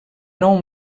nou